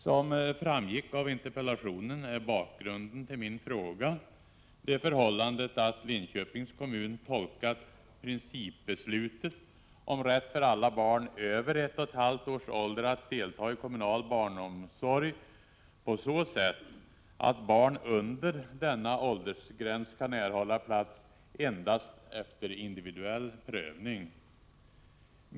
Som framgick av interpellationen är bakgrunden till min fråga det förhållandet att Linköpings kommun tolkat principbeslutet om rätt för alla barn över ett och ett halvt års ålder att delta i kommunal barnomsorg på så sätt att barn under denna åldersgräns kan erhålla plats endast efter individuell prövning.